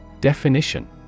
Definition